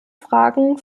fragen